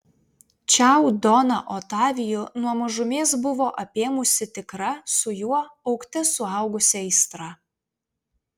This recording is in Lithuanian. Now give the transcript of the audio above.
čiau doną otavijų nuo mažumės buvo apėmusi tikra su juo augte suaugusi aistra